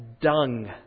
dung